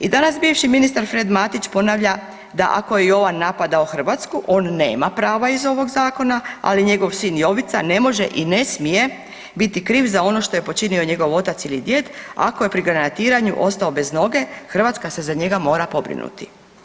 I danas bivši ministar Fred Matić ponavlja da ako je Jovan napadao Hrvatsku on nema prava iz ovog zakona, ali njegov sin Jovica ne može i ne smije biti kriv za ono što je počinio njegov otac ili djed ako je pri granatiranju ostao bez noge, Hrvatska se za njega mora pobrinuti.